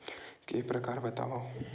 के प्रकार बतावव?